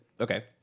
okay